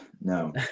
no